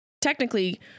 technically